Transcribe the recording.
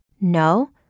No